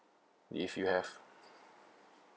if you have